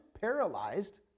paralyzed